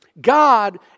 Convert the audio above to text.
God